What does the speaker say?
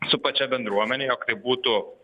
su pačia bendruomene jog tai būtų